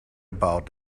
about